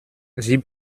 sie